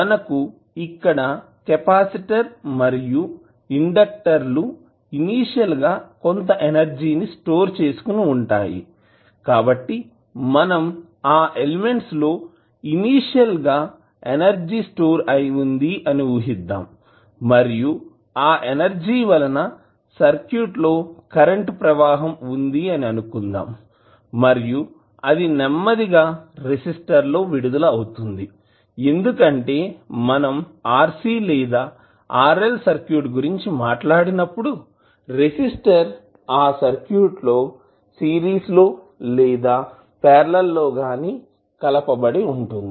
మనకు ఇక్కడ కెపాసిటర్ మరియు ఇండెక్టర్ లు ఇనిషియల్ గా కొంత ఎనర్జీ ని స్టోర్ చేసుకుని ఉంటాయి కాబట్టి మనం ఆ ఎలిమెంట్స్ లో ఇనిషియల్ గా ఎనర్జీ స్టోర్ అయి ఉంది అని ఊహిద్దాం మరియు ఆ ఎనర్జీ వలన సర్క్యూట్ లో కరెంటు ప్రవాహం వుంది అని అనుకుందాము మరియు అది నెమ్మదిగా రెసిస్టర్ లో విడుదల అవుతుంది ఎందుకంటే మనం RC లేదా RL సర్క్యూట్ గురించి మాట్లాడినప్పుడు రెసిస్టర్ ఆ సర్క్యూట్ లో సిరీస్ లేదా పార్లల్ గా గాని కలపబడి ఉంటుంది